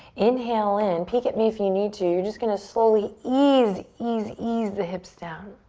inhale in, peek at me if you need to. you're just going to slowly ease, ease, ease the hips down.